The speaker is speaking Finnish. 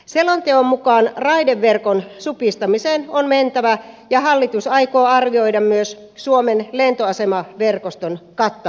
selonteon mukaan raideverkon supistamiseen on mentävä ja hallitus aikoo arvioida myös suomen lentoasemaverkoston kattavuuden